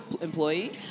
employee